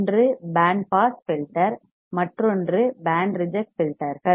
ஒன்று band pass filter மற்றொன்று band reject ஃபில்டர்கள்